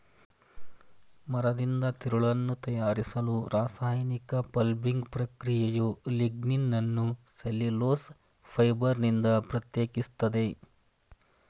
ಮರದಿಂದ ತಿರುಳನ್ನು ತಯಾರಿಸಲು ರಾಸಾಯನಿಕ ಪಲ್ಪಿಂಗ್ ಪ್ರಕ್ರಿಯೆಯು ಲಿಗ್ನಿನನ್ನು ಸೆಲ್ಯುಲೋಸ್ ಫೈಬರ್ನಿಂದ ಪ್ರತ್ಯೇಕಿಸ್ತದೆ